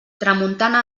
tramuntana